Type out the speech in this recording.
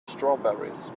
strawberries